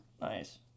Nice